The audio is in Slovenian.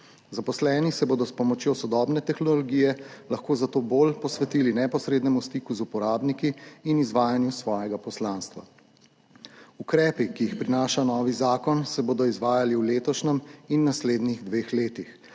Zaposleni se bodo s pomočjo sodobne tehnologije lahko zato bolj posvetili neposrednemu stiku z uporabniki in izvajanju svojega poslanstva. Ukrepi, ki jih prinaša novi zakon, se bodo izvajali v letošnjem in naslednjih dveh letih.